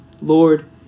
Lord